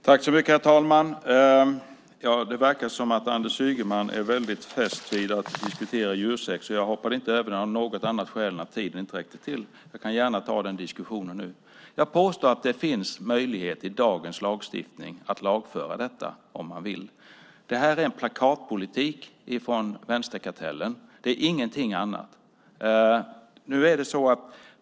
Herr talman! Det verkar som att Anders Ygeman är väldigt fäst vid att diskutera djursex. Jag hoppade inte över det av något annat skäl än att tiden inte räckte till. Jag kan gärna ta den diskussionen nu. Jag påstår att det i dagens lagstiftning finns möjlighet att lagföra detta om man vill. Det här är plakatpolitik från vänsterkartellen - ingenting annat.